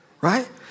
right